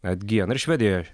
atgyja na ir švedijoje